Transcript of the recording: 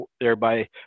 thereby